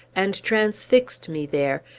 and transfixed me there,